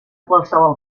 qualssevol